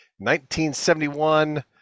1971